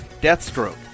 deathstroke